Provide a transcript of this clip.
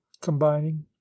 combining